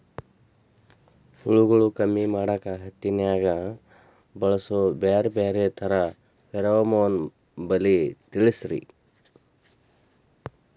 ಹುಳುಗಳು ಕಮ್ಮಿ ಮಾಡಾಕ ಹತ್ತಿನ್ಯಾಗ ಬಳಸು ಬ್ಯಾರೆ ಬ್ಯಾರೆ ತರಾ ಫೆರೋಮೋನ್ ಬಲಿ ತಿಳಸ್ರಿ